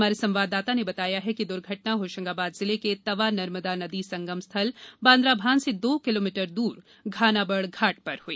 हमारे संवाददाता ने बताया है कि दुर्घटना होशंगाबाद जिले के तवा नर्मदा नदी संगम स्थल बांद्राभान से दो किलोमीटर दूर घानाबढ़ घाट पर हुई